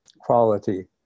quality